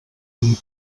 amb